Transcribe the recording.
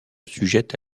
sujettes